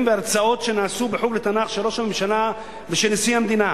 והרצאות מהחוג לתנ"ך של ראש הממשלה ושל נשיא המדינה,